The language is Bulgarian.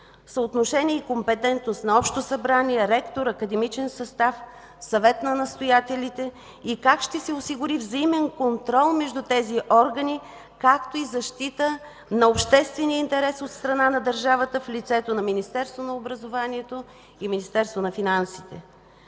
съотношение и компетентност на Общо събрание, ректор, академичен състав, Съвет на настоятелите. И как ще се осигури взаимен контрол между тези органи, както и защита на обществения интерес от страна на държавата в лицето на Министерството на образованието и Министерството на финансите?